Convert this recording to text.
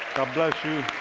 bless you.